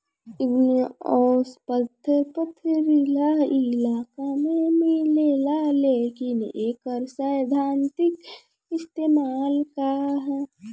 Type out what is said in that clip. Igneous पत्थर पथरीली इलाका में मिलेला लेकिन एकर सैद्धांतिक इस्तेमाल का ह?